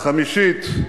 חמישית,